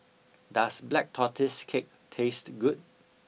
does black tortoise cake taste good